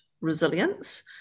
resilience